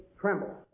tremble